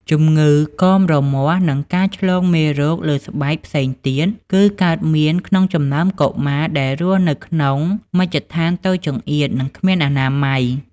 ជម្ងឺកមរមាស់ និងការឆ្លងមេរោគលើស្បែកផ្សេងទៀតគឺកើតមានក្នុងចំណោមកុមារដែលរស់នៅក្នុងមជ្ឈដ្ឋានតូចចង្អៀត និង គ្មានអនាម័យ។